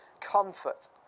comfort